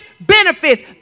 benefits